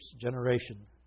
generation